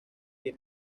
que